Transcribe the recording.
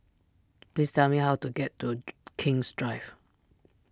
please tell me how to get to King's Drive